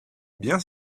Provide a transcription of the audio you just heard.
bien